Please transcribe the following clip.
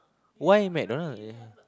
why McDonald eh